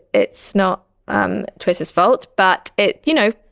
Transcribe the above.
it's not um twitter's fault, but it, you know,